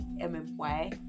M-M-Y